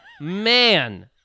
man